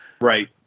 Right